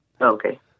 Okay